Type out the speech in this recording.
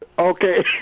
Okay